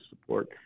support